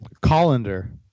Colander